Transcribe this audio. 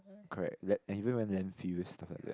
correct land~ even went landfill stuff like that